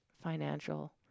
financial